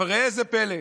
אבל ראה זה פלא,